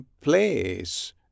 place